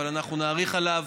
אבל אנחנו נאריך עליו